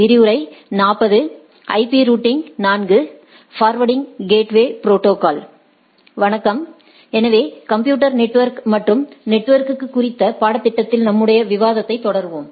வணக்கம் எனவே computer network மற்றும் நெட்வொர்க்கு குறித்த பாடத்திட்டத்தில் நம்முடைய விவாதத்தைத் தொடருவோம்